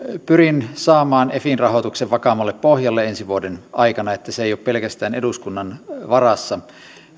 pyrin saamaan efin rahoituksen vakaammalle pohjalle ensi vuoden aikana että se ei ole pelkästään eduskunnan varassa